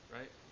Right